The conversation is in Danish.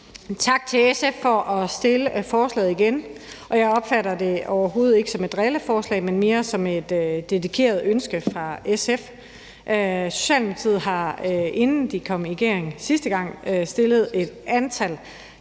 Tak til SF for at fremsætte forslaget igen. Jeg opfatter det overhovedet ikke som et drilleforslag, men mere som et dedikeret ønske fra SF. Socialdemokratiet har, inden vikom i regering sidste gang, fremsat et